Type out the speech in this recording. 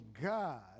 God